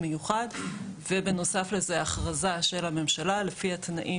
המסוימים שנקבעו ושגם אם מוכרזת ההכרזה יש תקנות שצריך להתקין